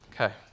Okay